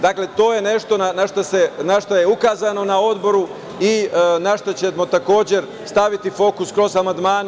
Dakle, to je nešto na šta je ukazano na odboru i na šta ćemo takođe staviti fokus kroz amandmane.